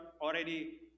already